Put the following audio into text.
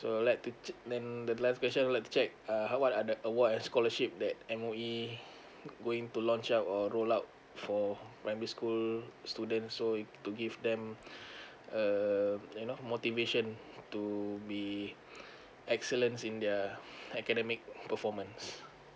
so I'd like to chec~ then the last question I'd like to check uh how about the uh awards and scholarship that M_O_E going to launch out or rolled out for primary school student so to give them err you know motivation to be excellence in their academic performance